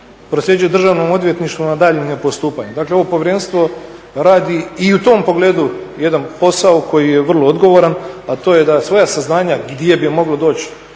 prosljeđuje Državno odvjetništvu na daljnje postupanje. Dakle ovo povjerenstvo radi i u tom pogledu jedan posao koji je vrlo odgovoran, a to je da svoja saznanja gdje bi moglo doći